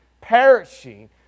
perishing